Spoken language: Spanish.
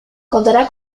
contará